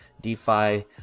DeFi